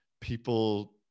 people